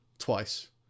twice